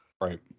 Right